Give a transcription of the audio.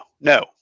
no